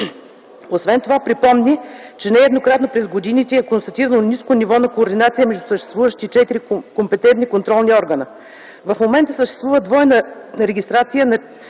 Освен това припомни, че нееднократно през годините е констатирано ниското ниво на кординация между съществуващите четири компетентни контролни органа. В момента съществува двойна регистрация на